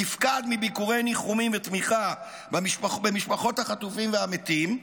נפקד מביקורי ניחומים ותמיכה במשפחות החטופים והמתים.